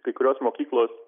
kai kurios mokyklos